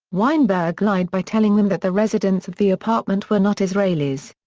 weinberg lied by telling them that the residents of the apartment were not israelis.